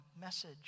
message